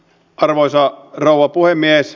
arvoisa rouva puhemies